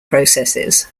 processes